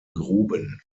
gruben